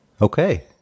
Okay